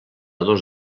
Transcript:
dos